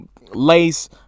lace